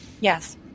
Yes